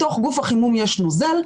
בתוך גוף החימום יש נוזל,